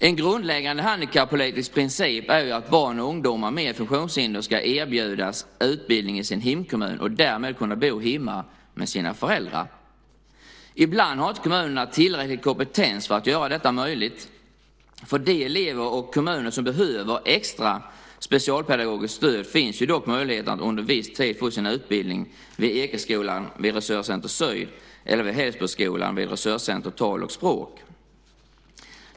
En grundläggande handikappolitisk princip är att barn och ungdomar med funktionshinder ska erbjudas utbildning i sin hemkommun och därmed kunna bo hemma med sina föräldrar. Ibland har inte kommunerna tillräcklig kompetens för att göra detta möjligt. För de elever som behöver extra specialpedagogiskt stöd finns dock möjlighet att under viss tid få sin utbildning vid Ekeskolan vid Resurscenter syn eller vid Hällsboskolan vid Resurscenter tal och språk.